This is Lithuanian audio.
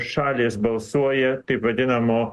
šalys balsuoja taip vadinamo